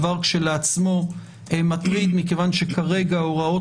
דבר שהוא כשלעצמו מטריד מכיוון שכרגע הוראות